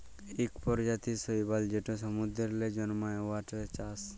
ইক পরজাতির শৈবাল যেট সমুদ্দুরে জল্মায়, উয়ার চাষ